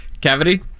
Cavity